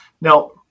Now